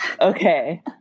okay